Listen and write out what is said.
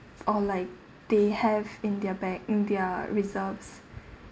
or like they have in their bag in their reserves